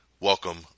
Welcome